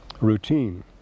routine